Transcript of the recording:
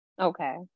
Okay